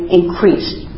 increased